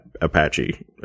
Apache